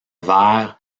vers